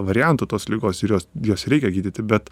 variantų tos ligos ir jos juos reikia gydyti bet